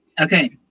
Okay